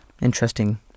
interesting